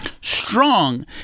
strong